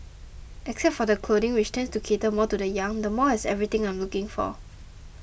except for the clothing which tends to cater more to the young the mall has everything I am looking for